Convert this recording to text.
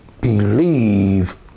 believe